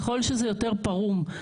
ככל שזה יותר פרום,